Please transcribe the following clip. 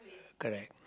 correct